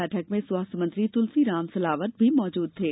बैठक में स्वास्थ मंत्री तुलसीराम सिलावट भी मौजूद थे